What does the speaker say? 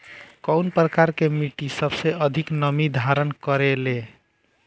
कउन प्रकार के मिट्टी सबसे अधिक नमी धारण करे ले?